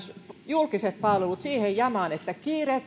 julkiset palvelut järjestettäisiin siihen jamaan että